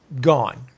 gone